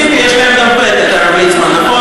מציפי יש להם גם פתק, הרב ליצמן, נכון?